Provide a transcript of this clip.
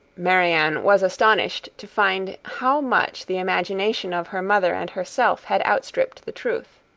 marianne was astonished to find how much the imagination of her mother and herself had outstripped the truth.